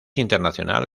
internacional